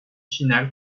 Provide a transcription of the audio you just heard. finale